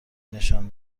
نشان